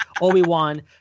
Obi-Wan